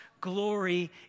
glory